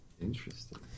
Interesting